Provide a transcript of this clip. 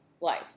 life